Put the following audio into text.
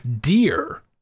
Deer